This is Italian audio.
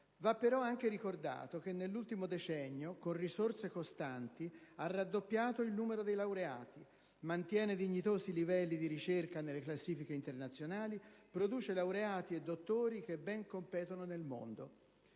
Va però anche ricordato che nell'ultimo decennio, con risorse costanti, ha raddoppiato il numero dei laureati, mantiene dignitosi livelli di ricerca nelle classifiche internazionali, produce laureati e dottori che ben competono nel mondo.